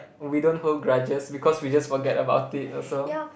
we don't hold grudges because we just forget about it also